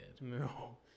No